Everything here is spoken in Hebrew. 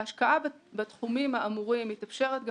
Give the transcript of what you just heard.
ההשקעה בתחומים האמורים מתאפשרת גם